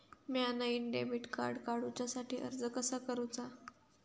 म्या नईन debit card काडुच्या साठी अर्ज कसा करूचा?